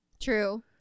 True